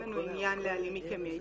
אין לנו עניין להעלים מכם מידע.